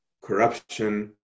corruption